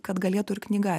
kad galėtų ir knyga